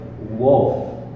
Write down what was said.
wolf